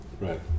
right